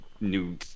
new